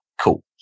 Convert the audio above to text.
cool